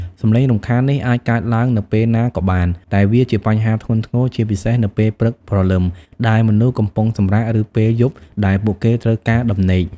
សំឡេងរំខាននេះអាចកើតឡើងនៅពេលណាក៏បាន តែវាជាបញ្ហាធ្ងន់ធ្ងរ ជាពិសេសនៅពេលព្រឹកព្រលឹមដែលមនុស្សកំពុងសម្រាក ឬពេលយប់ដែលពួកគេត្រូវការដំណេក។